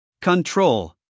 Control